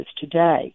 today